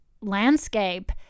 landscape